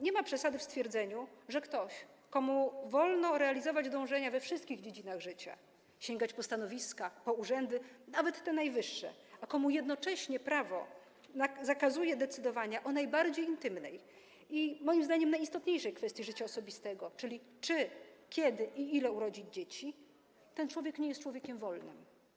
Nie ma przesady w stwierdzeniu, że ktoś, komu wolno realizować dążenia we wszystkich dziedzinach życia, sięgać po stanowiska, po urzędy, nawet te najwyższe, a komu jednocześnie prawo zakazuje decydowania o najbardziej intymnej i moim zdaniem najistotniejszej kwestii życia osobistego, czyli czy, kiedy i ile urodzić dzieci, nie jest człowiekiem wolnym.